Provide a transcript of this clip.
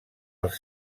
els